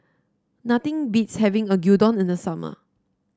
nothing beats having Gyudon in the summer